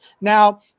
Now